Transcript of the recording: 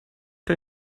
der